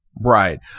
right